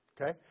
Okay